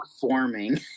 performing